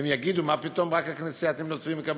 והם יגידו: מה פתאום רק הכנסייתיים הנוצריים מקבלים?